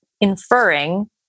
inferring